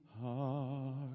heart